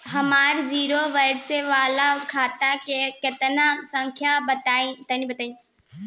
हमार zero balance वाला खतवा के खाता संख्या केतना बा?